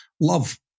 love